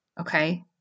Okay